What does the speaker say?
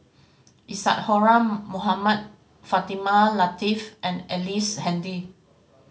Isadhora Mohamed Fatimah Lateef and Ellice Handy